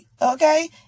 okay